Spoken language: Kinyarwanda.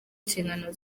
inshingano